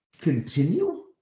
continue